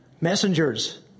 messengers